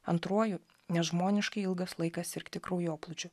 antruoju nežmoniškai ilgas laikas sirgti kraujoplūdžiu